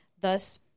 Thus